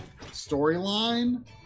storyline